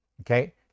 okay